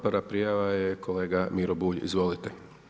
Prva prijava je kolega Miro Bulj, izvolite.